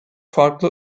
farklı